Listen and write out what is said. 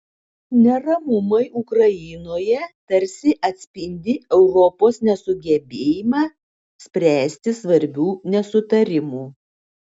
neramumai ukrainoje tarsi atspindi europos nesugebėjimą spręsti svarbių nesutarimų